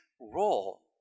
role